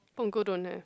Punggol don't have